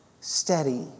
steady